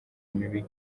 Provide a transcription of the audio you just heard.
mibi